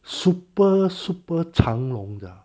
super super 长龙的